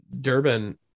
Durban